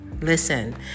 listen